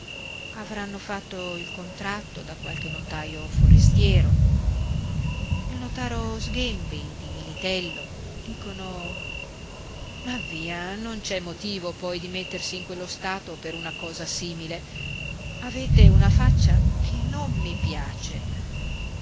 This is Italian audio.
avranno fatto il contratto da qualche notaio forestiere il notaro sghembri di militello dicono ma via non c'è motivo poi di mettersi in quello stato per una cosa simile avete una faccia che non mi piace